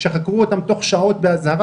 שחקרו אותם תוך שעות באזהרה.